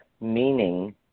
meaning